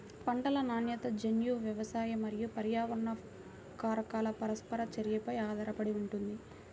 పంటల నాణ్యత జన్యు, వ్యవసాయ మరియు పర్యావరణ కారకాల పరస్పర చర్యపై ఆధారపడి ఉంటుంది